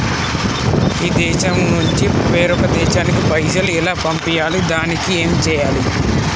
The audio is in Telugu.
ఈ దేశం నుంచి వేరొక దేశానికి పైసలు ఎలా పంపియ్యాలి? దానికి ఏం చేయాలి?